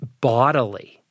bodily